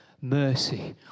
mercy